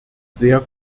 sehr